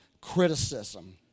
criticism